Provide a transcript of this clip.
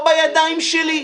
לא בידיים שלו.